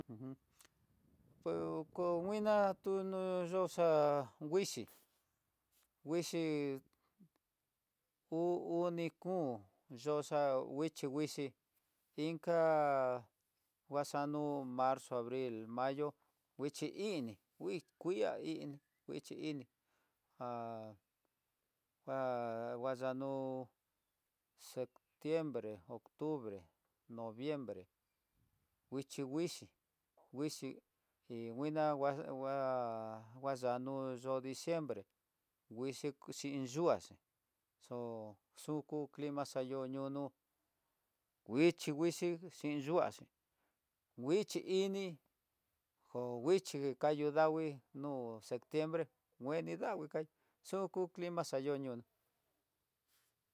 Ujun pues ko muina tu, tuno xoxa nguixhi, nguixhi uu uni kom, yoxa nguixhi nguixi inak nguaxano marzo, abril, mayo, nguichi ini ngui kiá hí nguichi ini ngua nguayanu, septiebre, octubre, noviembre, nguichi nguixhii, nguixhii iin nguina ngua nguaxanu yo'ó diciembre, nguixhii nguixhi iin yuá xhí ho xuku clima xayu ñunu nguixi nguixhii xhin yuaxhi, ngui ini jonguixhi kayo davii no'ó septiembre nguini davii xu'ku clima xayo yonó.